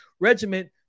Regiment